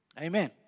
Amen